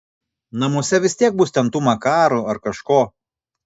namuose vis tiek bus ten tų makarų ar kažko